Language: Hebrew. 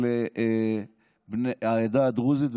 של העדה הדרוזית,